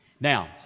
Now